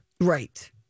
Right